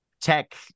tech